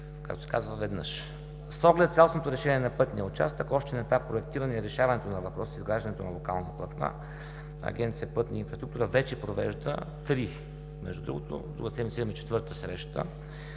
както се казва, веднъж. С оглед цялостното решение на пътния участък още на етап проектиране и решаването на въпросите с изграждането на локалните платна, Агенция „Пътна инфраструктура“ вече провежда три, между другото, другата седмица